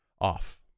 off